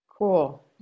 Cool